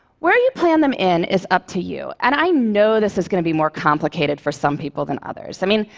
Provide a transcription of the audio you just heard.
where you plan them in is up to you. and i know this is going to be more complicated for some people than others. i mean,